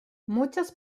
muchas